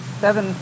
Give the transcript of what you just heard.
Seven